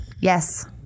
Yes